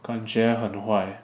感觉很坏